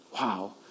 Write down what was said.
Wow